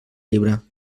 llibre